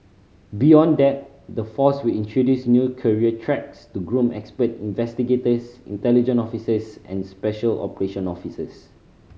beyond that the force will introduce new career tracks to groom expert investigators intelligence officers and special operation officers